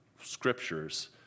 scriptures